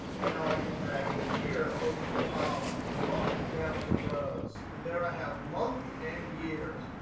and now i can drag year over to columns, month down to rows. and there i have month and years.